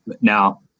Now